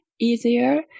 easier